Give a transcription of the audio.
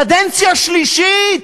קדנציה שלישית.